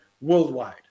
worldwide